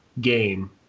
game